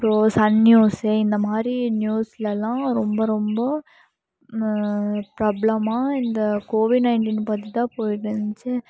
அப்புறோம் Sun news இந்தமாதிரி நியூஸ்ல எல்லாம் ரொம்ப ரொம்ப ப்ரப்ளமாக இந்த கோவிட் நைன்டீன் பற்றி தான் போயிட்டுருந்துச்சி